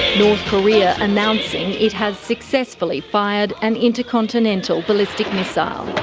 north korea announcing it has successfully fired an intercontinental ballistic missile.